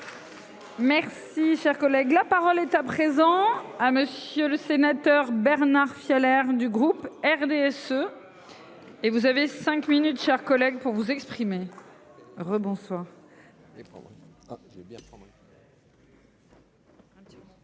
Merci, cher collègue, la parole est à présent à monsieur le sénateur. Bernard Fiolet du groupe RDSE. Et vous avez 5 minutes chers collègues pour vous exprimer. Rebonsoir.